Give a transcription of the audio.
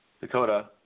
Dakota